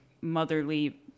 motherly